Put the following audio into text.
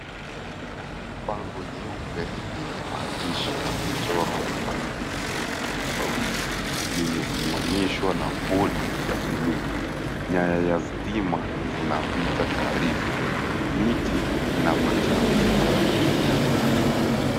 Bango nyeupe yenye maandishi na michoro ya rangi tofauti tofauti limesimamishwa na pole ya buluu. Nyaya za stima zinapita karibu. Miti ina matawi ya rangi ya kijani.